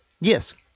Yes